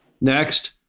Next